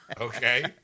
Okay